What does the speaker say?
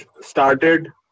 started